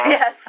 Yes